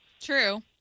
True